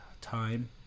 Time